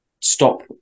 stop